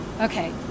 Okay